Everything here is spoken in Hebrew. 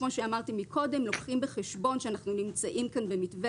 כמו שאמרתי קודם לוקחים בחשבון שאנחנו נמצאים כאן במתווה